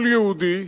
כל יהודי,